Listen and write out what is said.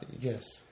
Yes